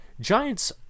Giants